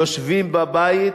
יושבים בבית,